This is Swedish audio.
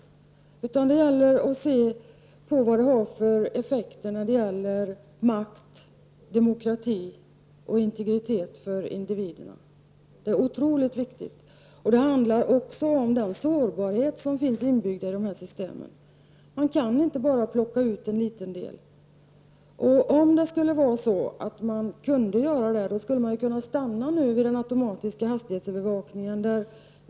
I stället handlar det om att se på effekterna vad gäller makt, demokrati och integritet för individerna. Det är otroligt viktigt. Det handlar vidare om den sårbarhet som finns inbyggd i systemen. Det går inte, som Ingrid Hasselström Nyvall sade, att plocka ut en liten del av dem. Om det vore möjligt, kunde vi nöja oss med den automatiska hastighetsövervakningen.